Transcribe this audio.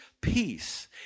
peace